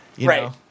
Right